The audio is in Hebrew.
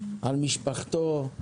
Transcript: על משפחתו,